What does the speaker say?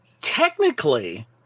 technically